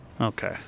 Okay